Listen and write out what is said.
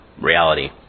Reality